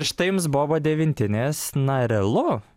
štai jums boba devintinės na realu